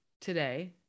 today